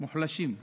מוחלשים.